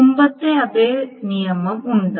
മുമ്പത്തെ അതേ നിയമം ഉണ്ട്